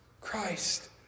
Christ